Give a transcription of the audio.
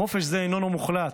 אך חופש זה איננו מוחלט.